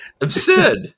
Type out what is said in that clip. absurd